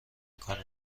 میکنند